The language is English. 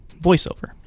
voiceover